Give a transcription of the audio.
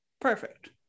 Perfect